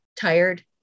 tired